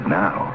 now